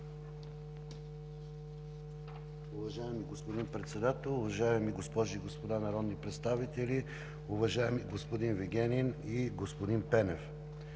Пенев,